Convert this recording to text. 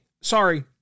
sorry